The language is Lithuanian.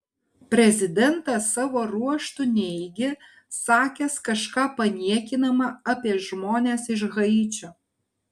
prezidentas savo ruožtu neigė sakęs kažką paniekinama apie žmones iš haičio